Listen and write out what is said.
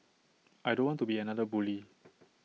I don't want to be another bully